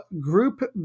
group